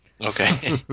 Okay